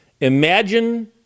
Imagine